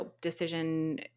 decision